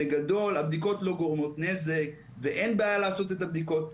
בגדול הבדיקות לא גורמות נזק ואין בעיה לעשות את הבדיקות,